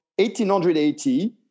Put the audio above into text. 1880